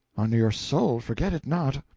on your soul forget it not!